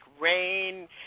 rain